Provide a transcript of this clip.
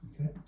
Okay